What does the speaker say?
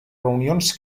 reunions